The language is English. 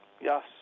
Yes